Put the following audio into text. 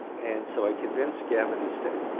and so i convinced gavin to stay